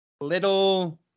Little